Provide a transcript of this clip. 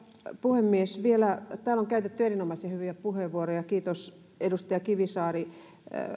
puhemies täällä on käytetty erinomaisen hyviä puheenvuoroja kiitos edustaja kivisaari